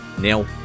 Now